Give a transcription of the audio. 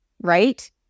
right